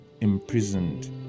imprisoned